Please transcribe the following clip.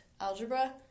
algebra